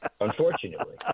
unfortunately